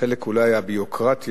בחלק אולי הביורוקרטי,